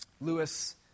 Lewis